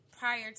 Prior